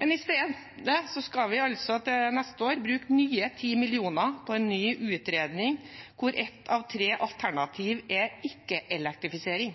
Men i stedet skal vi altså til neste år bruke nye 10 mill. kr på en ny utredning, hvor ett av tre alternativer er